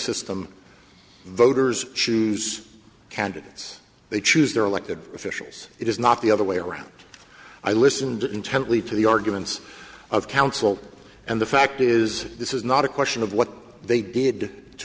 system voters choose candidates they choose their elected officials it is not the other way around i listened intently to the arguments of counsel and the fact is this is not a question of what they did to